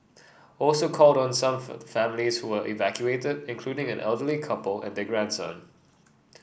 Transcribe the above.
also called on some for the families who were evacuated including an elderly couple and their grandson